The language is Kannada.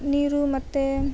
ನೀರು ಮತ್ತೆ